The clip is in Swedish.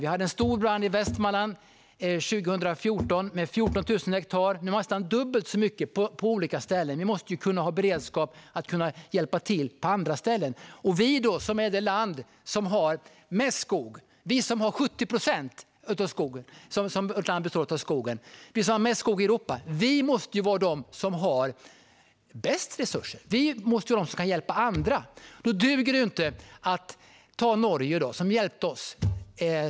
Vi hade en stor brand i Västmanland 2014 på 14 000 hektar och nu nästan dubbelt så mycket på olika ställen. Man måste kunna ha beredskap att hjälpa till på flera ställen. Vi som är det land i Europa som har mest skog - vårt land består av 70 procent skog - måste vara det land som har bäst resurser och ska kunna hjälpa andra. Då duger det inte att behöva ta hjälp från Norge.